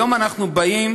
היום אנחנו באים